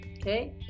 okay